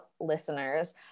listeners